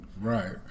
Right